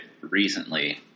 recently